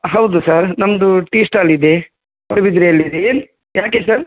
ಹೌದು ಸರ್ ನಮ್ಮದು tea stall ಇದೆ ಪಡುಬಿದ್ರಿಯಲ್ಲಿದೆ ಏನು ಯಾಕೆ ಸರ್